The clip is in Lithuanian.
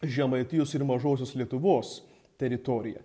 žemaitijos ir mažosios lietuvos teritoriją